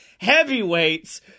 Heavyweights